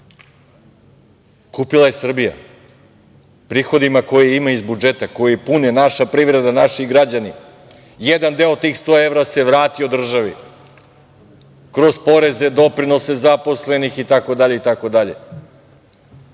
Kupila je Srbija, prihodima koje ima iz budžeta, koji puni naša privreda, naši građani. Jedan tih od tih 100 evra se vratio državi kroz poreze, doprinose zaposlenih, itd,